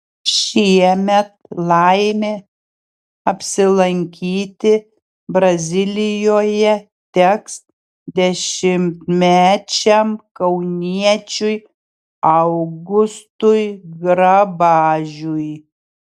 šiemet laimė apsilankyti brazilijoje teks dešimtmečiam kauniečiui augustui grabažiui